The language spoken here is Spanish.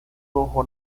rojo